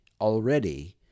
already